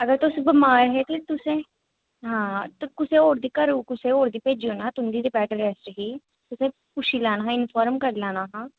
अगर तुस बमार हे ते तुसें हां ते कुसै होर गी घरै कुसै होर गी भेजी उड़ना हा तुं'दी ते बैड रैस्ट ही ते फिर पुच्छी लैना हा कन्फर्म करी लैना हा